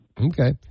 Okay